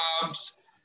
jobs